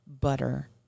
butter